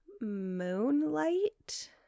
Moonlight